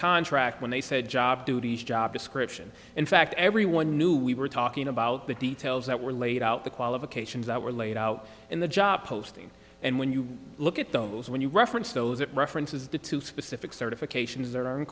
contract when they said job duties job description in fact everyone knew we were talking about the details that were laid out the qualifications that were laid out in the job posting and when you look at those when you reference those it references the two specific certifications